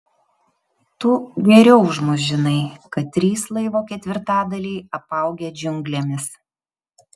tu geriau už mus žinai kad trys laivo ketvirtadaliai apaugę džiunglėmis